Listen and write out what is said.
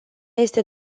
este